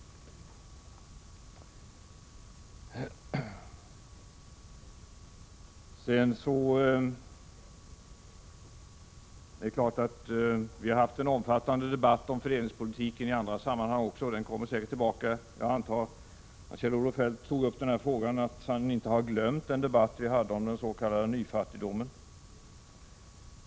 Vi har — det är riktigt — haft en omfattande debatt om fördelningspolitiken också i andra sammanhang, och den debatten kommer säkert tillbaka. Jag antar att Kjell-Olof Feldt inte har glömt den debatt vi hade om den s.k. nyfattigdomen.